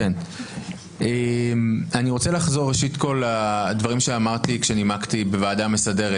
אני רוצה לחזור ראשית לדברים שאמרת לי כשנימקתי בוועדה המסדרת.